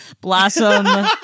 blossom